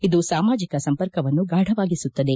ಇದು ಸಾಮಾಜಿಕ ಸಂಪರ್ಕವನ್ನು ಗಾಢವಾಗಿಸುತ್ತದೆ